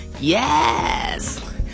Yes